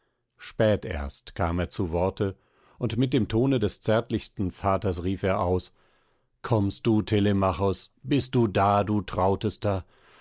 spät erst kam er zu worte und mit dem tone des zärtlichsten vaters rief er aus kommst du telemachos bist du da du trautester